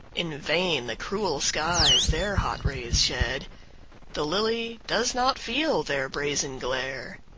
in vain the cruel skies their hot rays shed the lily does not feel their brazen glare.